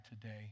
today